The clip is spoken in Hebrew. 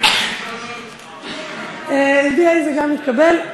BA גם מתקבל.